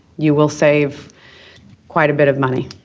you will save quite a bit of money.